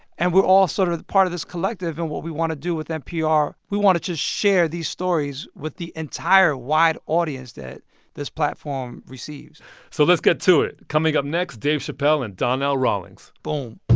and we're all sort of part of this collective. and what we want to do with npr we want to just share these stories with the entire wide audience that this platform receives so let's get to it. coming up next dave chappelle and donnell rawlings boom